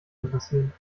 interessieren